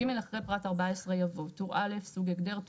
אחרי פרט (14) יבוא: טור א', סוג הגדר.